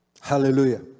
Hallelujah